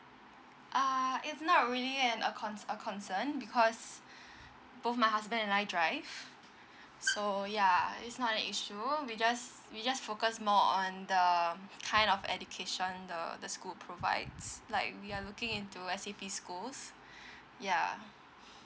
err it's not really uh a con a concern because both my husband and I drive so ya it's not an issue we just we just focus more on the kind of education the the school provides like we are looking into S_A_P schools ya